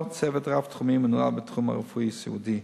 צוות רב-תחומי מנוהל בתחום הרפואי-סיעודי.